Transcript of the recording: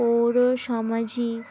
পৌরসামাজিক